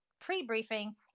pre-briefing